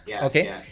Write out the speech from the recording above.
Okay